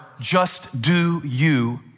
just-do-you